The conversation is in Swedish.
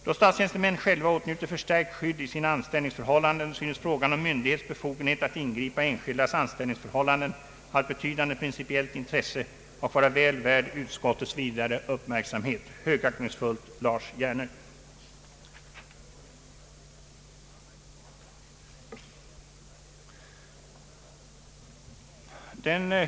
Då statstjänstemän själva åtnjuter förstärkt skydd i sina anställningsförhållanden synes frågan om myndighets befogenhet att ingripa i enskildas anställningsförhållanden ha ett betydande principiellt intresse och vara väl värd utskottets vidare uppmärksamhet.